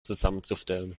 zusammenzustellen